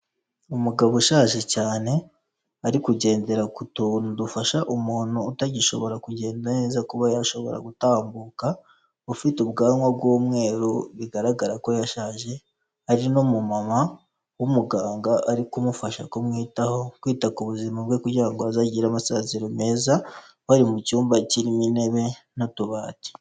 Umugabo ushaje cyane ari kugendera ku tuntu dufasha umuntu utagishobora kugenda neza kuba yashobora gutambuka, ufite ubwanwa bw'umweru bigaragara ko yashaje, hari n’umu mama w'umuganga ari kumufasha kumwitaho kwita ku buzima bwe kugira ngo azagire amasaziro meza, bari mu cyumba kirimo intebe n'utubati.